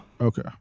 Okay